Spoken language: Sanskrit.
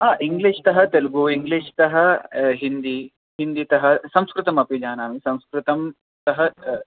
ह इङ्ग्लिश् त तेलुगु इङ्ग्लिश् त हिन्दी हिन्दीतः संस्कृतमपि जानामि संस्कृतं त